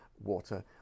water